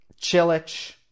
Chilich